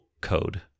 code